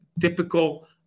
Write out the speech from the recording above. typical